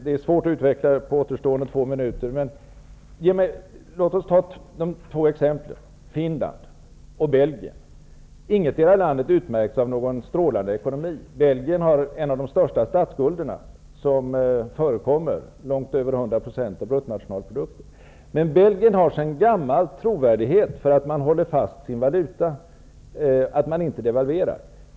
Det är svårt att utveckla det på två minuter, men låt mig ta Belgien och Finland som exempel. Inget av dessa länder utmärks av någon strålande ekonomi. Belgien har en av de största statsskulder som förekommer, med långt över 100 % av BNP. Men Belgien har sedan gammalt trovärdighet, på grund av att man håller fast sin valuta och inte devalverar.